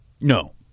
No